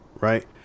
Right